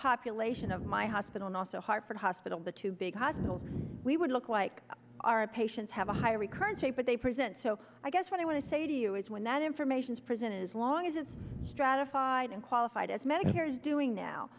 population of my hospital and also hartford hospital the two big hospitals we would look like our patients have a higher recurrence rate but they present so i guess what i want to say to you is when that information is presented as long as it's stratified and qualified as medicare is doing now